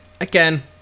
again